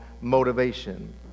motivation